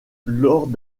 lors